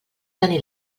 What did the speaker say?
tenir